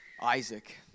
Isaac